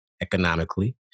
economically